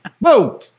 Whoa